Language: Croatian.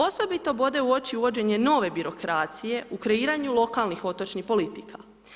Osobito bode u oči uvođenje nove birokracije u kreiranju lokalnih otočnih politika.